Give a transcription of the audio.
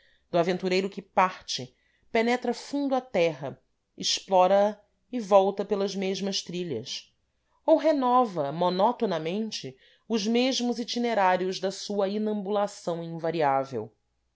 do aventureiro que parte penetra fundo a terra explora a e volta pelas mesmas trilhas ou renova monotonamente os mesmos itinerários da sua inambulação invariável